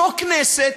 זו כנסת